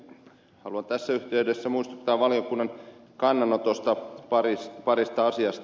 haluan tässä yhteydessä muistuttaa valiokunnan kannanotosta parista asiasta